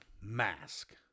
mask